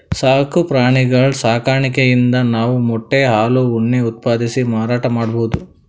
ಸಾಕು ಪ್ರಾಣಿಗಳ್ ಸಾಕಾಣಿಕೆಯಿಂದ್ ನಾವ್ ಮೊಟ್ಟೆ ಹಾಲ್ ಉಣ್ಣೆ ಉತ್ಪಾದಿಸಿ ಮಾರಾಟ್ ಮಾಡ್ಬಹುದ್